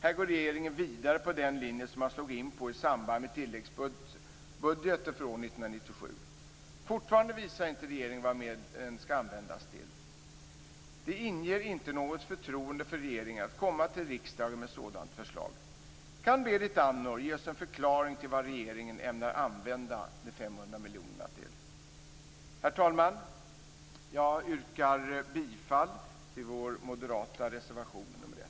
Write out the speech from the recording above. Här går regeringen vidare på den linje som man slog in på i samband med tilläggsbudgeten för år 1997. Fortfarande visar inte regeringen vad medlen skall användas till. Det inger inte något förtroende för regeringen att komma till riksdagen med ett sådant förslag. Kan Berit Andnor ge oss en förklaring till vad regeringen ämnar använda de 500 miljonerna till? Herr talman! Jag yrkar bifall till vår moderata reservation nr 1.